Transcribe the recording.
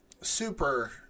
super